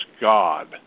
God